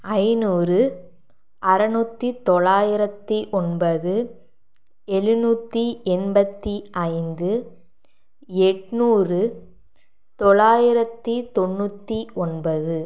ஐநூறு அறநூற்றி தொளாயித்து ஒன்பது எழுநூற்றி எண்பத்து ஐந்து எட்நூறு தொளாயிரத்து தொண்ணுற்றி ஒன்பது